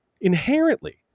inherently